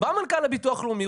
בא מנכ"ל הביטוח הלאומי,